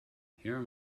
hiram